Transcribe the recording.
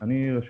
אני רק